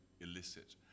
illicit